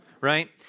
right